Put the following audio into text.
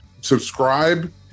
subscribe